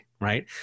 right